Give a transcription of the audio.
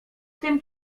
tym